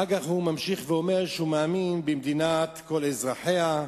אחר כך הוא ממשיך ואומר שהוא מאמין במדינת כל אזרחיה,